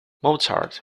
mozart